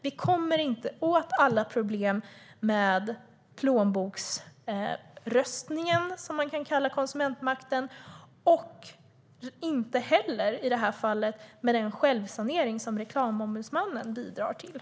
Vi kommer inte åt alla problem med plånboksröstningen, som man kan kalla konsumentmakten, och inte heller med den självsanering som Reklamombudsmannen bidrar till.